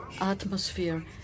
atmosphere